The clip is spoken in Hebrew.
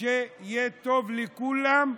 שיהיה טוב לכולם,